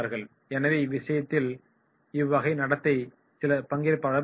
எனவே இவ்விஷயத்தில் இவ்வகை நடத்தை சில பங்கேற்பாளர்களிடம் இருக்கலாம்